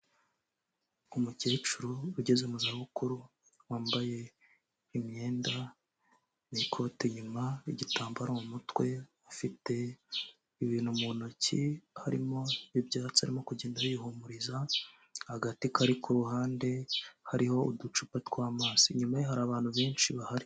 Umukecuru ugeze mu za bukuru wambaye imyenda n'ikote inyuma, igitambaro mu mutwe afite ibintu mu ntoki harimo ibyatsi arimo kugenda yihumuriza; agati kari ku ruhande hariho uducupa tw'amazi. Inyuma hari abantu benshi bahari.